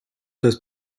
das